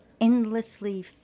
endlessly